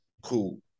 Cool